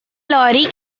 lorry